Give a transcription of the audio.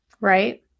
Right